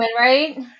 right